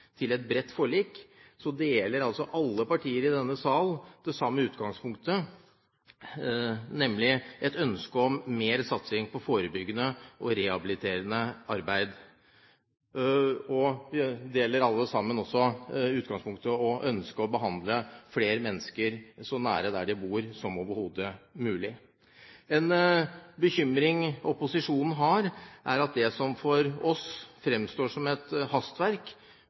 til et bredt forlik, deler alle partier i denne sal det samme utgangspunktet, nemlig et ønske om mer satsing på forebyggende og rehabiliterende arbeid. Vi deler alle også i utgangspunktet det synet at vi ønsker å behandle flere mennesker så nær der de bor som overhodet mulig. En bekymring opposisjonen har, er at en med det som for oss framstår som hastverk,